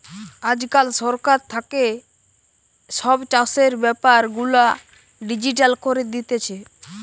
আজকাল সরকার থাকে সব চাষের বেপার গুলা ডিজিটাল করি দিতেছে